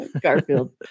Garfield